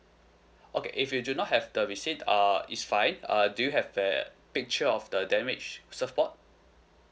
okay if you do not have the receipt uh is fine uh do you have the picture of the damaged surfboard